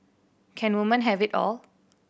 can woman have it all